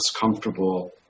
comfortable